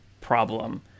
problem